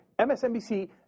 MSNBC